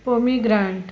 pomegranate